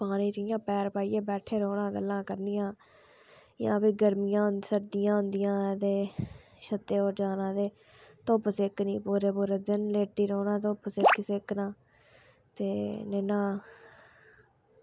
पैर जि'यां पानी च पाइयै बैठे दे रौह्ना गल्लां करनियां जां फ्ही गर्मियां होन जां सर्दियां होंदियां ते छतै पर जाना ते धुप्प सेकनी पूरे पूरे दिन ते फ्ही रौह्ना धुप्प सेकना ते नेईं ना